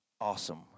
awesome